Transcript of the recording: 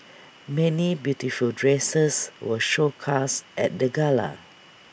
many beautiful dresses were showcased at the gala